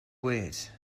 wait